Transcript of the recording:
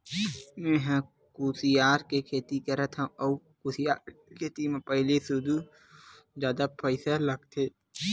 मेंहा ह कुसियार के खेती करत हँव अउ कुसियार के खेती म पहिली सुरु जादा पइसा लगथे